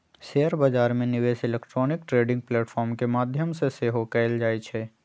share बजार में निवेश इलेक्ट्रॉनिक ट्रेडिंग प्लेटफॉर्म के माध्यम से सेहो कएल जाइ छइ